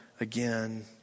again